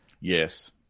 Yes